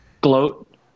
gloat